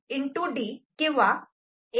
D किंवा A